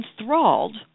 Enthralled